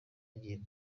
agiye